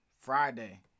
Friday